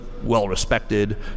well-respected